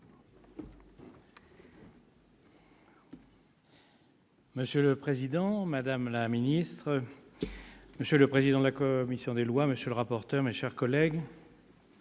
Monsieur le président, madame la ministre, monsieur le président de la commission des lois, madame la rapporteur, mes chers collègues,